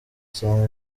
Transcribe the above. cyane